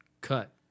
cut